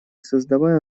создавая